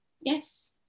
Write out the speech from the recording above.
Yes